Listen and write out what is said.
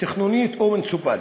תכנונית או מוניציפלית.